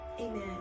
amen